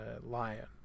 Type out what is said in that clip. lion